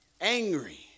Angry